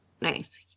Nice